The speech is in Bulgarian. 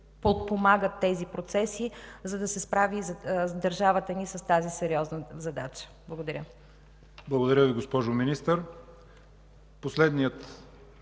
подпомагат тези процеси, за да се справи държавата ни с тази сериозна задача. Благодаря.